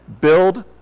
build